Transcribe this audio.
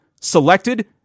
selected